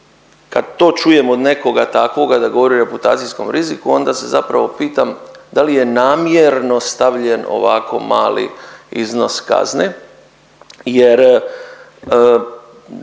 Kad to čujem od nekoga takvoga da govori o reputacijskom riziku, onda se zapravo pitam da li je namjerno stavljen ovako mali iznos kazne jer